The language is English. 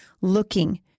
looking